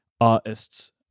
artists